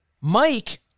Mike